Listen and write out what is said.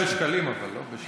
דבר אליה בשקלים, אבל.